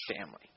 family